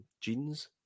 jeans